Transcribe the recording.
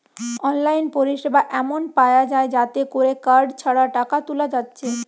online পরিসেবা এমন পায়া যায় যাতে কোরে কার্ড ছাড়া টাকা তুলা যাচ্ছে